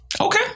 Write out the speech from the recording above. Okay